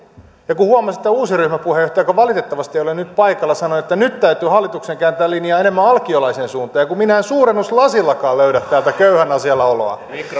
ja kun huomasin että uusi ryhmäpuheenjohtaja joka valitettavasti ei ole nyt paikalla sanoi että nyt täytyy hallituksen kääntää linjaa enemmän alkiolaiseen suuntaan ja kun minä en suurennuslasillakaan löydä täältä köyhän asialla oloa